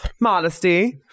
modesty